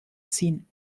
ziehen